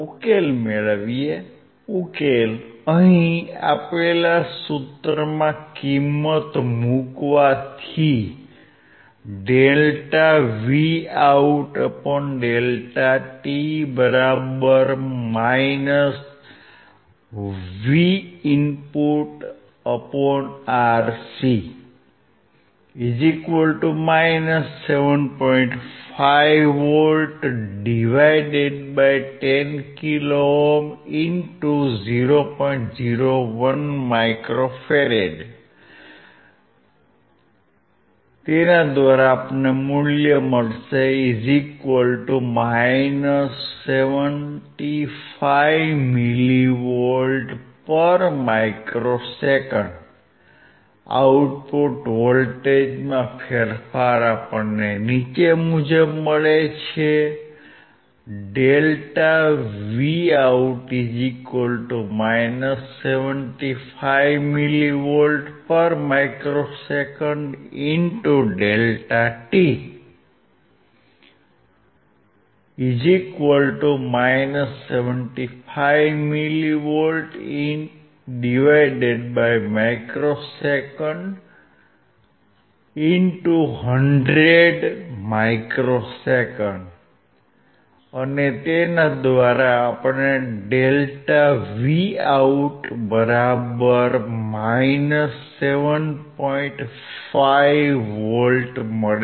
ઉકેલ અહિં આપેલા સુત્રમાં કિંમત મુકવાથી આઉટપુટ વોલ્ટેજમાં ફેરફાર નીચે મુજબ મળશે